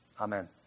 Amen